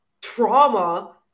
trauma